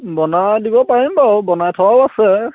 বনাই দিব পাৰিম বাৰু বনাই থোৱাও আছে